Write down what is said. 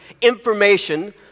information